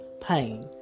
pain